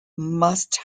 must